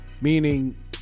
Meaning